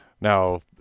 Now